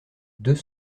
deux